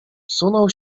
wsunął